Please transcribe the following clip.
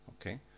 Okay